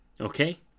Okay